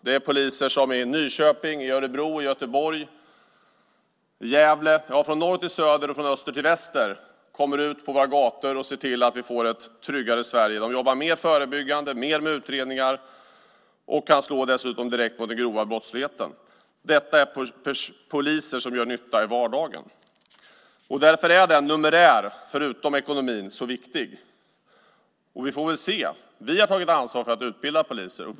Det är poliser i Nyköping, i Örebro, i Göteborg, i Gävle - från norr till söder och från öster till väster. De kommer ut på våra gator och ser till att vi får ett tryggare Sverige. De jobbar mer förebyggande, mer med utredningar och kan dessutom slå direkt mot den grova brottsligheten. Detta är poliser som gör nytta i vardagen, och därför är numerären, förutom ekonomin, så viktig. Vi har tagit ansvar för att utbilda poliser.